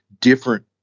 different